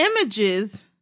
images